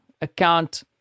account